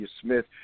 Smith